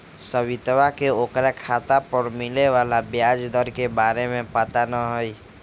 सवितवा के ओकरा खाता पर मिले वाला ब्याज दर के बारे में पता ना हई